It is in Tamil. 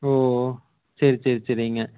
ஓ சரி சரி சரிங்க